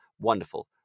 wonderful